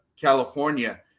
California